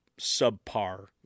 subpar